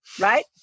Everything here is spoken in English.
right